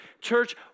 church